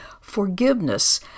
Forgiveness